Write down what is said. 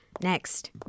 Next